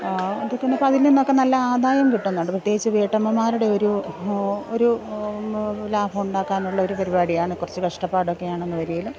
അതിപ്പിന്നെ ഇപ്പം അതില്നിന്നൊക്കെ നല്ല ആദായം കിട്ടുന്നുണ്ട് പ്രത്യേകിച്ച് വീട്ടമ്മമാരുടെ ഒരു ഒരു ലാഭം ഉണ്ടാക്കാനുള്ള ഒരു പരിപാടിയാണ് കുറച്ച് കഷ്ടപ്പാടൊക്കെ ആണെന്ന് വരികിലും